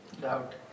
Doubt